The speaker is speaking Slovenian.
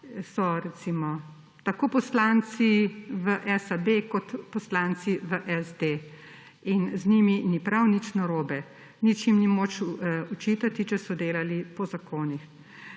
so recimo tako poslanci v SAB kot poslanci v SD in z njimi ni prav nič narobe. Nič jim ni moč očitati, če so delali po zakonih.